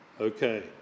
okay